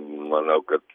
manau kad